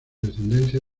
descendencia